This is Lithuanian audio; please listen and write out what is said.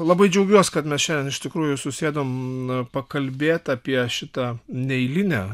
labai džiaugiuos kad mes šiandien iš tikrųjų susėdom pakalbėt apie šitą neeilinę